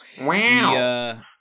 Wow